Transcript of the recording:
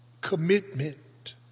commitment